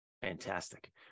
Fantastic